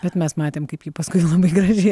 bet mes matėm kaip ji paskui labai gražiai